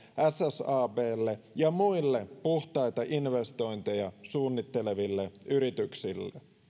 ssablle ja muille puhtaita investointeja suunnitteleville yrityksille